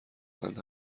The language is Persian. بند